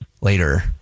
later